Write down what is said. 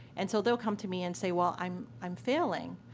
and so, they'll come to me and say, well, i'm i'm failing.